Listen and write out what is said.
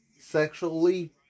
Sexually